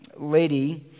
Lady